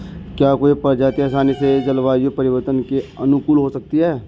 क्या कोई प्रजाति आसानी से जलवायु परिवर्तन के अनुकूल हो सकती है?